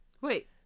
wait